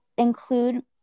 Include